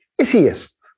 atheist